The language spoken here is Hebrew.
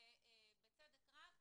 בצדק רב,